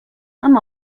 amb